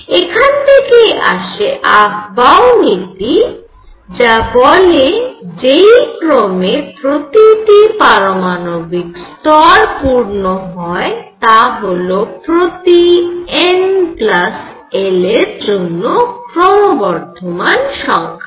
এখানে থেকেই আসে আফবাউ নীতি যা বলে যেই ক্রমে প্রতিটি পারমাণবিক স্তর পূর্ণ হয় তা হল প্রতি n l এর জন্য ক্রমবর্ধমান সংখ্যায়